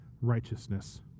righteousness